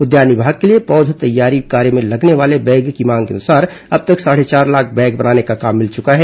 उद्यान विमाग के लिए पौध तैयारी कार्य में लगने वाले बैग की मांग के अनुसार अब तक साढ़े चार लाख बैग बनाने का काम भिल चुका है